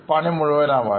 പണി മുഴുവൻ ആവാൻ